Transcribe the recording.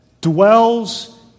dwells